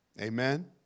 Amen